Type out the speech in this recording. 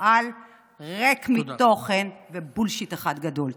המורעל היא ריקה מתוכן ובולשיט אחד גדול.